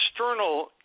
external